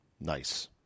Nice